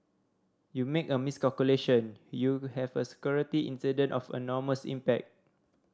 you make a miscalculation you have a security incident of enormous impact